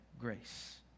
grace